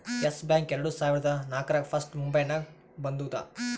S Bank ಎರಡು ಸಾವಿರದಾ ನಾಕ್ರಾಗ್ ಫಸ್ಟ್ ಮುಂಬೈನಾಗ ಬಂದೂದ